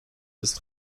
ist